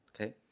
Okay